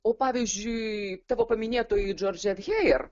o pavyzdžiui tavo paminėtoji džoržet hejer